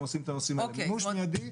עושים את הנושאים האלה למימוש מיידי ותעשו.